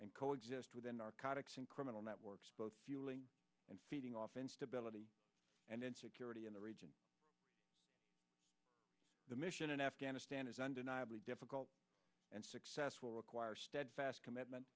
and coexist with a narcotic some criminal networks both fueling and feeding off instability and insecurity in the region the mission in afghanistan is undeniably difficult and successful require steadfast commitment